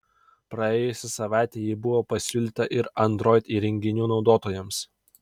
praėjusią savaitę ji buvo pasiūlyta ir android įrenginių naudotojams